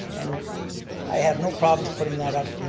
and i have no problems putting that up, you know